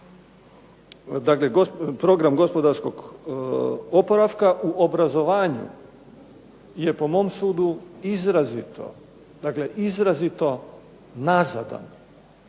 program gospodarskog oporavka u obrazovanju je po mom sudu izrazito, dakle